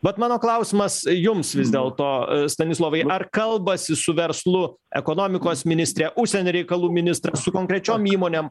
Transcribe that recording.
vat mano klausimas jums vis dėlto stanislovai ar kalbasi su verslu ekonomikos ministrė užsienio reikalų ministras su konkrečiom įmonėm